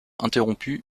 interrompue